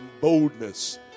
boldness